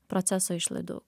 proceso išlaidų